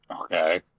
Okay